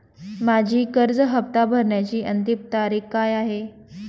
माझी कर्ज हफ्ता भरण्याची अंतिम तारीख काय आहे?